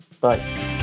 Bye